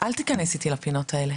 אל תכנס איתי לפינות האלה